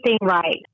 right